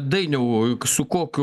dainiau su kokiu